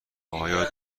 آیا